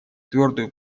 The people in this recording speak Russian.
твердую